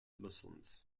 muslims